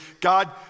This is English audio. God